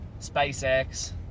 SpaceX